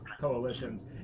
Coalitions